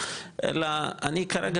אלא אני כרגע,